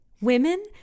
Women